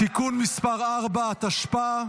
(תיקון מס' 4), התשפ"ה